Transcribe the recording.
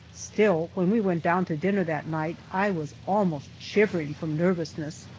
still, when we went down to dinner that night i was almost shivering from nervousness,